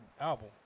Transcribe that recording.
album